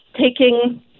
taking